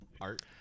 art